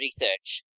research